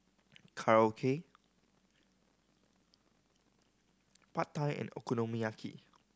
Korokke Pad Thai and Okonomiyaki